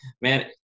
man